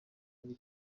muri